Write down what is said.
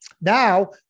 now –